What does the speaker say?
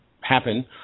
happen